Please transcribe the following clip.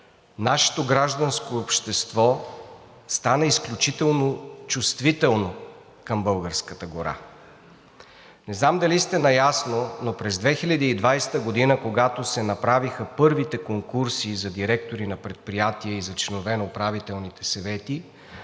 нашето гражданско общество стана изключително чувствително към българската гора. Не знам дали сте наясно, но през 2020 г., когато се направиха първите конкурси за директори на предприятия и за членове на управителните съвети,